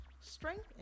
strength